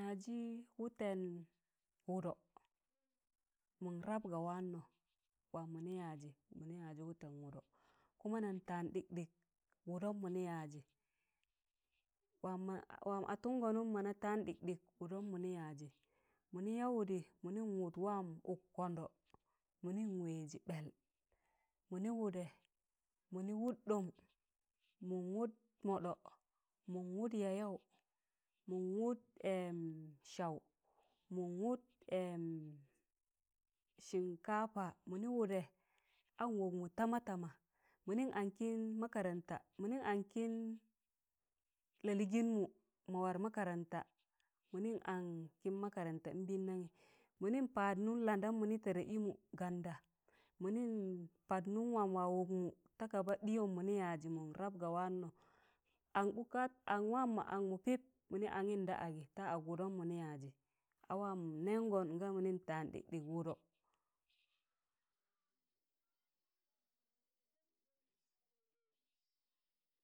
na yaịzị wụtẹn wụdọ mịn rap ga waanọ waam mịnị yaịzị mịnị yaịzị wụtẹn wụdọ kuma nan taan ɗịkɗịk wụdọm mịnị yaịzị waam atụngọnụm mụna taan dịkdịk wụdọm mịnị yaịzị mịnị ya wụdị mịnịn wụd waam ụk kọndọ, mịnịn wẹzị ɓẹl mịnị wụdẹ mịnị wụd ɗọm, mịn wụd mọɗ̣ọ, mịn wụd yayaụ mịn wụd saụ mịn wụd shinkafa mịnị wụdẹ an wọkmụ tama tama mịnị aṇ kịn makaranta mịnịn ankịn lalịịgịnmụ ma war makaranta mịnị an kịn makaranta nbịndanyi mịnị npaad nụm landam mịnị tẹdẹ ịmụ nganda mịnịn pat nụm waam ma wọkmụ ta kaba ɗịyọm mịnị yaịzi mịn rap ga waanọ am bukat aṇ waam ma aṇmụ pịb mịnị angị da agị ta ag wụdọm mịnị yaịzị a waam n'nẹngọn nga mịnịn tan ɗịkɗịk wụdọ.